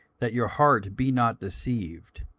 that your heart be not deceived,